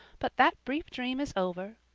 but that brief dream is over.